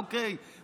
אוקיי,